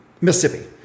Mississippi